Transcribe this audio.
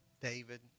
David